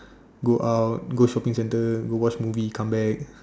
go out go shopping centre go watch movie come back